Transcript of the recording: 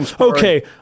Okay